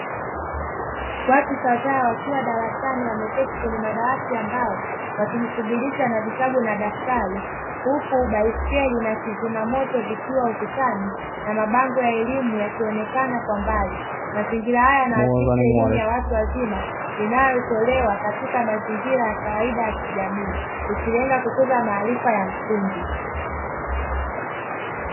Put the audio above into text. Watu kadhaa wakiwa darasani wameketi kwenye madawati ya mbao wakijishughulisha na vitabu na daftari, huku baiskeli na kizima moto vikiwa ukutani na mabango ya elimu yakionekana kwa mbali, mazingira haya yanaakisi elimu ya watu wazima inayotolewa katika mazingira ya kawaida ya kijamii ikilenga kukuza maarifa ya msingi.